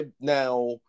now